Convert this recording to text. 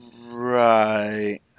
Right